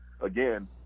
again